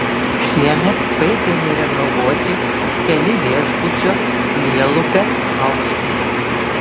šiemet baigiami renovuoti keli viešbučio lielupe aukštai